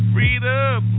Freedom